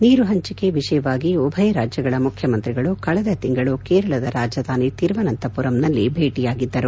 ನೀರು ಹಂಚಿಕೆ ವಿಷಯವಾಗಿ ಉಭಯ ರಾಜ್ಯಗಳ ಮುಖ್ಯಮಂತ್ರಿಗಳು ಕಳೆದ ತಿಂಗಳು ಕೇರಳದ ರಾಜಧಾನಿ ತಿರುವನಂತಪುರಂನಲ್ಲಿ ಭೇಟಿಯಾಗಿದ್ದರು